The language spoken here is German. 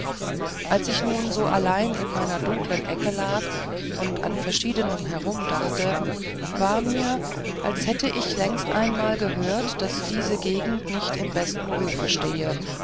als ich nun so allein in meiner dunkeln ecke lag und an verschiedenem herumdachte war mir als hätt ich längst einmal gehört daß diese gegend nicht im besten rufe stehe